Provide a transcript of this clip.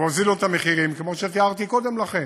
והורידו את המחירים, כמו שתיארתי קודם לכן.